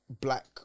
black